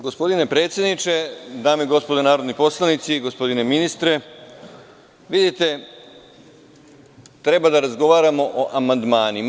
Gospodine predsedniče, dame i gospodo narodni poslanici, gospodine ministre, treba da razgovaramo o amandmanima.